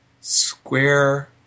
Square